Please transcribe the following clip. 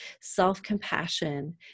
Self-compassion